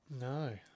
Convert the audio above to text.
No